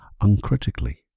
uncritically